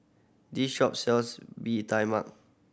this shop sells Bee Tai Mak